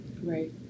Right